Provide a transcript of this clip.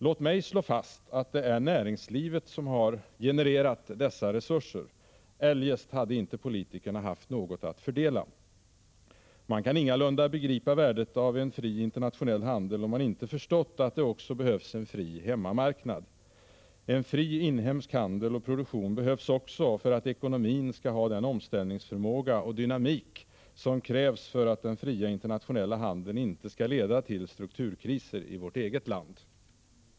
Låt mig slå fast att det är näringslivet som har genererat dessa resurser — eljest hade inte politikerna haft något att fördela. Man kan ingalunda begripa värdet av en fri internationell handel om man inte förstått att det också behövs en fri hemmamarknad. En fri inhemsk handel och produktion behövs också för att ekonomin skall ha den omställningsförmåga och dynamik som krävs för att den fria internationella handeln inte skall leda till strukturkriser i vårt eget land.